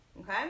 okay